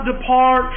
depart